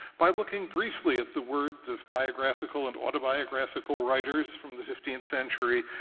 by looking briefly at the words of biographical and autobiographical writers from the fifteenth century,